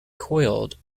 coiled